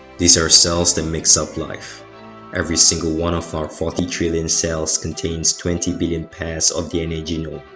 these are cells that makes up life every single one of our forty trillion cells contains twenty billion pairs of dna genome